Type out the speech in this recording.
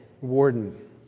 warden